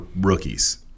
rookies